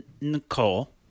Nicole